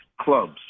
clubs